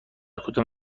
کدام